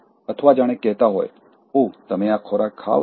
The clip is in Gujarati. અથવા જાણે કહેતા હોય ઓહ તમે આ ખોરાક ખાવ છો